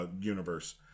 universe